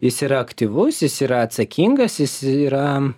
jis yra aktyvus jis yra atsakingas jis yra